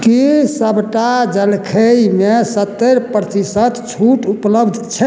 कि सबटा जलखइमे सत्तरि प्रतिशत छूट उपलब्ध छै